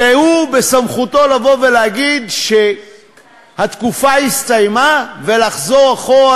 שבסמכותו לבוא ולהגיד שהתקופה הסתיימה ולחזור אחורה